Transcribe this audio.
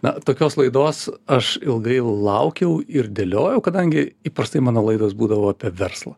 na tokios laidos aš ilgai laukiau ir dėliojau kadangi įprastai mano laidos būdavo apie verslą